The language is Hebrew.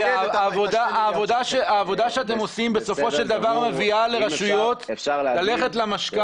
--- העבודה שאתם עושים בסופו של דבר מביאה רשויות -- אפשר להגיב?